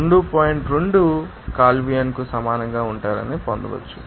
2 కాల్విన్కు సమానంగా ఉంటారని మీరు పొందవచ్చు